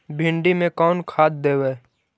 भिंडी में कोन खाद देबै?